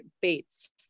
Bates